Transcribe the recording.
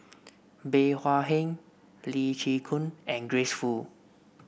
Bey Hua Heng Lee Chin Koon and Grace Fu